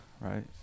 right